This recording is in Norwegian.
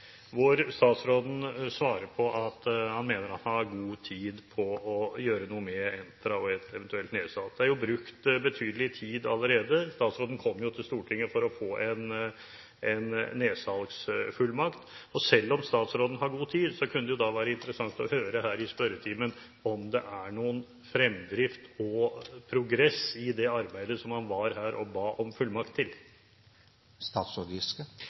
hvor statsråden svarer at han mener man har god tid på å gjøre noe med Entra og et eventuelt nedsalg. Det er jo brukt betydelig tid allerede. Statsråden kom jo til Stortinget for å få en nedsalgsfullmakt. Selv om statsråden har god tid, kunne det være interessant å få høre her i spørretimen om det er noen fremdrift, noen progresjon, i det arbeidet som han var her og ba om fullmakt til.